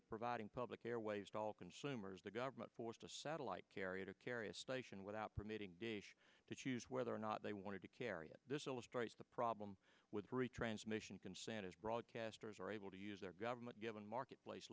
of providing public airwaves to all consumers the government forced a satellite carrier to carry a station without permitting d h to choose whether or not they wanted to carry on this illustrates the problem with retransmission consent as broadcasters are able to use their government given marketplace